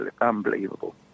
unbelievable